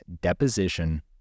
deposition